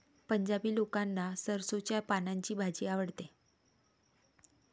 पंजाबी लोकांना सरसोंच्या पानांची भाजी आवडते